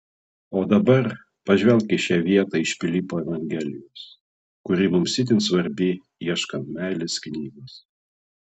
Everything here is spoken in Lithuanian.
o dabar pažvelk į šią vietą iš pilypo evangelijos kuri mums itin svarbi ieškant meilės knygos